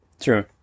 True